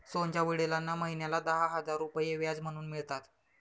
सोहनच्या वडिलांना महिन्याला दहा हजार रुपये व्याज म्हणून मिळतात